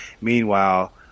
Meanwhile